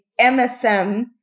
MSM